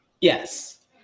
Yes